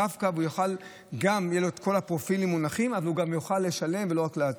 לרב-קו גם יהיו כל הפרופילים מונחים והוא גם יוכל לשלם ולא רק להטעין,